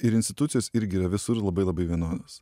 ir institucijos irgi yra visur labai labai vienodos